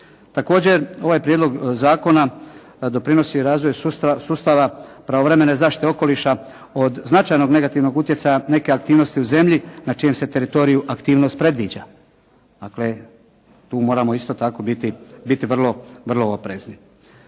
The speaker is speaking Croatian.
Također, ovaj prijedlog zakona doprinosi razvoju sustava pravovremene zaštite okoliša od značajnog negativnog utjecaja neke aktivnosti u zemlji na čijem se teritoriju aktivnost predviđa. Dakle, tu moramo isto tako biti vrlo oprezni.